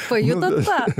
pajutot tą